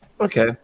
Okay